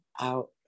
out